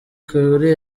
kuri